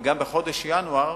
וגם, בחודש ינואר,